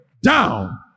down